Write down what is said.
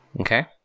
Okay